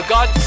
God